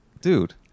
dude